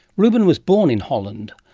ruben was born in holland.